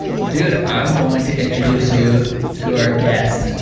well dude i'm going to introduce you to our guest.